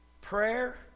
Prayer